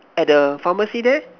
at the pharmacy there